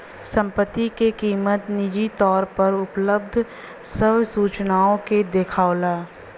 संपत्ति क कीमत निजी तौर पर उपलब्ध सब सूचनाओं के देखावला